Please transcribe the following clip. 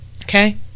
okay